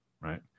right